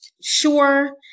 sure